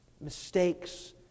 mistakes